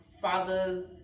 father's